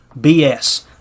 BS